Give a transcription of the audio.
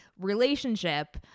relationship